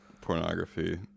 pornography